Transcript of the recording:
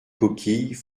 coquilles